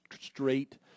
straight